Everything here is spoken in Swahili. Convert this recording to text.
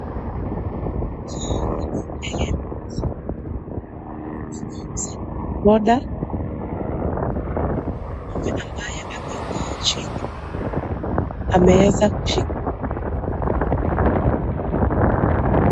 Hii ni duka kuuza soda yule ambaye amekaa chini ameweza.